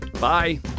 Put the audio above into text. Bye